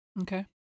Okay